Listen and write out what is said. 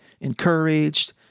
encouraged